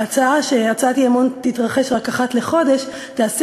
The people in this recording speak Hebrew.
ההצעה שהצעת אי-אמון תתרחש רק אחת לחודש תעשה